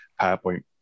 PowerPoint